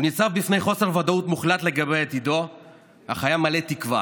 הוא ניצב בפני חוסר ודאות מוחלט לגבי עתידו אך היה מלא תקווה,